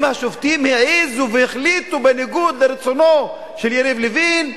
אם השופטים העזו והחליטו בניגוד לרצונו של יריב לוין,